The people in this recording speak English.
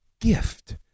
gift